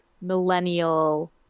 millennial